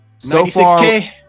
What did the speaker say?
96K